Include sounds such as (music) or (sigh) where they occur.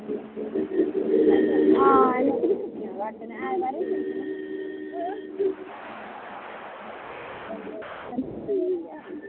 हां (unintelligible)